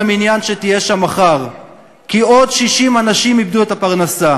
המניין שתהיה שם מחר כי עוד 60 אנשים איבדו את הפרנסה,